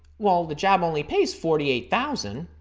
well, the job only pays forty eight thousand,